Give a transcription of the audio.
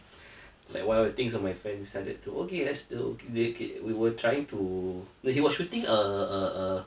like one of the things one of my friends decided to okay let's go okay we were trying no he was shooting a a a